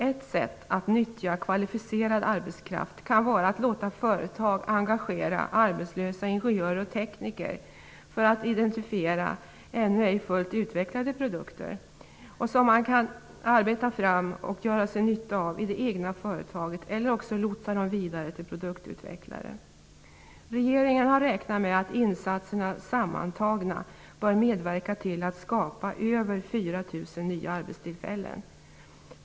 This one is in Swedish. Ett sätt att nyttja kvalificerad arbetskraft kan vara att låta företag engagera arbetslösa ingenjörer och tekniker för att identifiera ännu ej fullt utvecklade produkter och om möjligt arbeta fram produkterna och använda dem i det egna företaget eller lotsa dem vidare till produktutvecklare. Regeringen räknar med att de sammantagna insatserna bör medverka till att skapa över 4 000 nya arbetstillfällen.